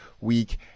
week